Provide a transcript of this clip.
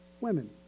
women